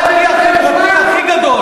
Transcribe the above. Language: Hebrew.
מי שהצביע, תמשיך להגן על חברת החשמל.